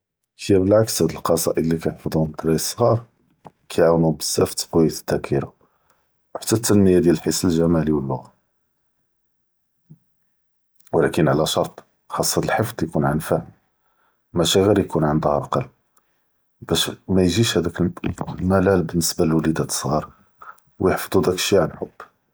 שי בלעכס, אלקסאעד אללי כיחפזווהום אלדרארי אלסג’אר כיעאונו בזאף פ תקווית אלדאכרה, ו חתה אלתנמיה דיאל אלחס אלג’מאלי ו אללועה, ו לעאבל עלא שרט חאס האד אלחפ’ז יכון ען פהם, מאשי ע’יר יכון ען זהר קלב, באש מא יג’יש האדאק אלמלאל בניסבה לולידאת אלסג’אר ו יחפזו דאק שאי ען חוב.